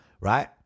Right